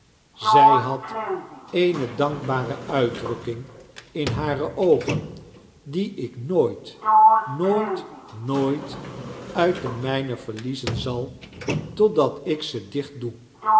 zij had eene dankbare uitdrukking in hare oogen die ik nooit nooit nooit uit de myne verliezen zal totdat ik ze dicht doe